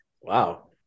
wow